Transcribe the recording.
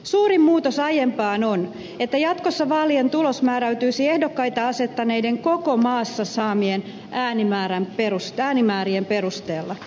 suurin muutos aiempaan on että jatkossa vaalien tulos määräytyisi ehdokkaita asettaneiden koko maassa saamien äänimäärien perusteella